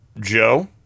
Joe